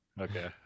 Okay